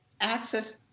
access